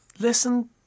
listen